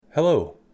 Hello